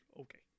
Okay